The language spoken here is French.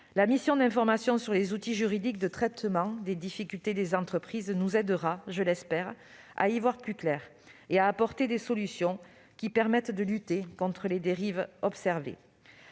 La mission d'information sur les outils juridiques de traitement des difficultés des entreprises nous aidera, je l'espère, à y voir plus clair et à apporter des solutions permettant de lutter contre les dérives observées.